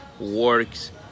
works